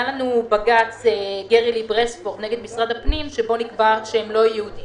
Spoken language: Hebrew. בבג"ץ ברסקוב נגד משרד הפנים נקבע שהם לא יהודים.